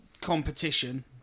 competition